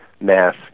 mass